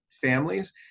families